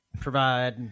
provide